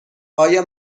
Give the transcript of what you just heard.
آیا